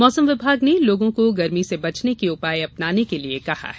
मौसम विभाग ने लोगों को गर्मी से बचने के उपाय अपनाने के लिए कहा है